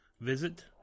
visit